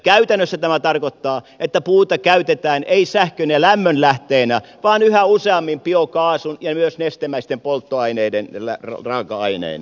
käytännössä tämä tarkoittaa että puuta käytetään ei sähkön ja lämmön lähteenä vaan yhä useammin biokaasun ja myös nestemäisten polttoaineiden raaka aineena